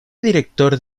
director